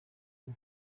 nti